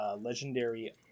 Legendary